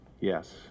Yes